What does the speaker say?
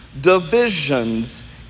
divisions